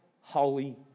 holy